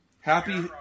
happy